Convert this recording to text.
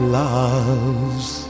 love's